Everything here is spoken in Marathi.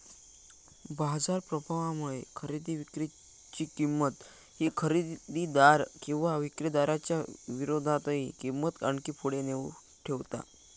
बाजार प्रभावामुळे खरेदी विक्री ची किंमत ही खरेदीदार किंवा विक्रीदाराच्या विरोधातही किंमत आणखी पुढे नेऊन ठेवता